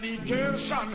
education